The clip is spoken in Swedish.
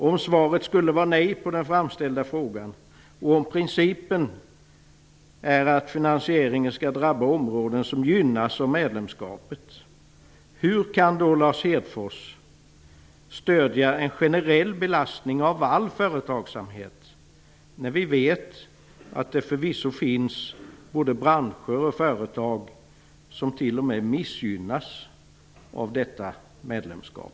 Om svaret skulle vara nej på den framställda frågan och om principen är att finansieringen skall drabba områden som gynnas av medlemskapet, hur kan då Lars Hedfors stödja en generell belastning av all företagsamhet, när vi vet att det förvisso finns både branscher och företag som t.o.m. missgynnas av detta medlemskap?